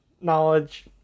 knowledge